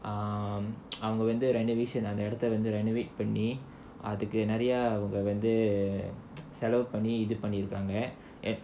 um அவங்க வந்து ரெண்டு விஷயம் அந்த இடத்த:avanga vandhu rendu vishayam andha idathula renovate பண்ணி அதுக்கு நிறைய செலவு பண்ணி இது பண்ணிருக்காங்க:panni adhukku niraiya selavu panni idhu pannirukkaanga